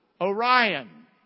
Orion